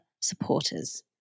supporters